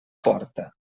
porta